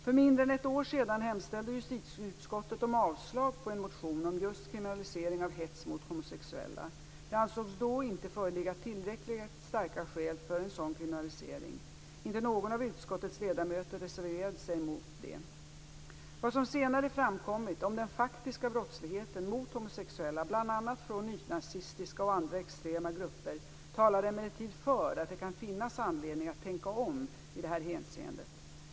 För mindre än ett år sedan hemställde justitieutskottet om avslag på en motion om just kriminalisering av hets mot homosexuella. Det ansågs då inte föreligga tillräckligt starka skäl för en sådan kriminalisering. Inte någon av utskottets ledamöter reserverade sig mot det. Vad som senare framkommit om den faktiska brottsligheten mot homosexuella, bl.a. från nynazistiska och andra extrema grupper, talar emellertid för att det kan finnas anledning att tänka om i det här hänseendet.